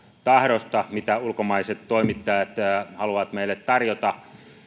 tahdosta siitä mitä ulkomaiset toimittajat haluavat meille tarjota